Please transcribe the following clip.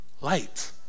light